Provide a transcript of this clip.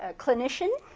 ah clinician?